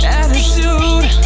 attitude